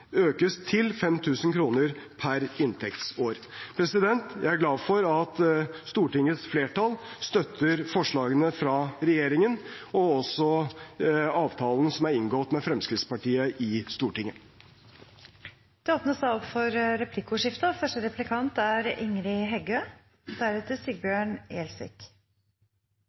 til 5 000 kr per inntektsår. Jeg er glad for at Stortingets flertall støtter forslagene fra regjeringen, og også for avtalen som er inngått med Fremskrittspartiet i